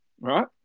right